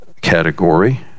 category